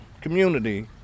community